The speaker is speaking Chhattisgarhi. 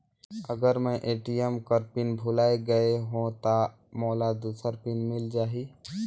अगर मैं ए.टी.एम कर पिन भुलाये गये हो ता मोला दूसर पिन मिल जाही?